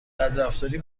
بدرفتاری